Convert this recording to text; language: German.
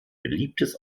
beliebtes